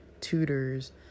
tutors